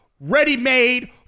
ready-made